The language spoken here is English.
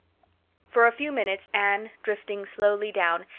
for a few minutes anne, drifting slowly down,